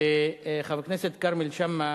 וחבר הכנסת כרמל שאמה,